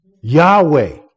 Yahweh